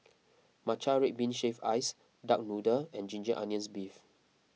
Matcha Red Bean Shaved Ice Duck Noodle and Ginger Onions Beef